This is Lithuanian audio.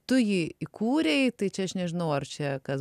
tu jį įkūrei tai čia aš nežinau ar čia kas